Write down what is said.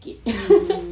mm